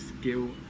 skill